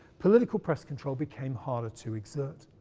political press control became harder to exert.